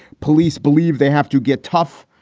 police believe they have to get tough.